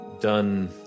done